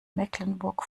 mecklenburg